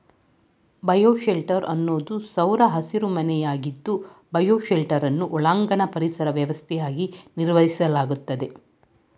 bioshelter ಅನ್ನೋದು ಸೌರ ಹಸಿರುಮನೆಯಾಗಿದ್ದು ಬಯೋಶೆಲ್ಟರನ್ನು ಒಳಾಂಗಣ ಪರಿಸರ ವ್ಯವಸ್ಥೆಯಾಗಿ ನಿರ್ವಹಿಸಲಾಗ್ತದೆ